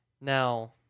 Now